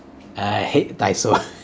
I hate Daiso